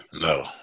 No